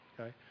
Okay